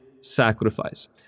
sacrifice